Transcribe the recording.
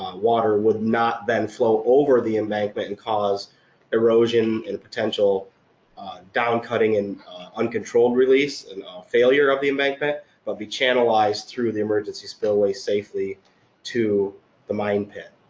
water would not then flow over the embankment and cause erosion and potential down cutting and uncontrolled release and failure of the embankment would but be channelized through the emergency spillway safely to the mine pit.